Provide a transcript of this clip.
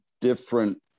different